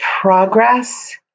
progress